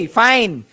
fine